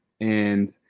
and-